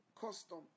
custom